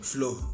Flow